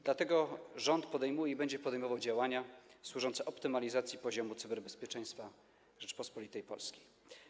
Dlatego rząd podejmuje i będzie podejmował działania służące optymalizacji poziomu cyberbezpieczeństwa Rzeczypospolitej Polskiej.